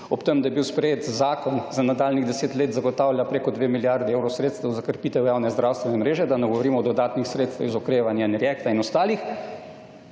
ob tem, da je bil sprejet zakon, ki za nadaljnjih 10 let zagotavlja preko 2 milijardi evrov sredstev za krepitev javne zdravstvene mreže, da ne govorimo o dodatnih sredstev iz okrevanja in Reacta in ostalih,